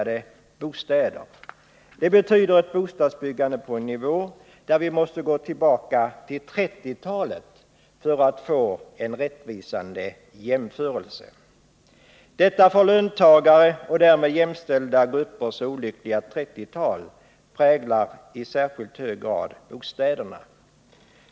Det betyder att vi har ett bostadsbyggande som ligger på en nivå där vi måste gå tillbaka till 1930-talet för att få en rättvis jämförelse. Likheten med det för löntagare och därmed jämställda grupper så olyckliga 1930-talet präglar i särskilt hög grad bostadssituationen.